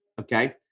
Okay